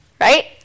right